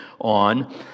on